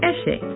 Eshe